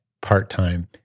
part-time